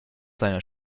seiner